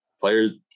players